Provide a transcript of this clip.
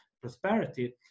prosperity